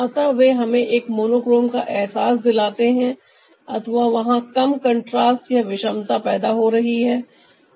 अतः वे हमें एक मोनोक्रोम का अहसास दिलाते है अथवा वहां कम कंट्रास्ट या विषमता पैदा हो रही है